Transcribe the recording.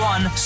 One